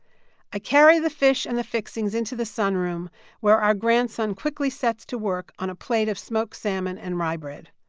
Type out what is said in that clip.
i carry the fish and the fixings into the sunroom where our grandson quickly sets to work on a plate of smoked salmon and rye bread.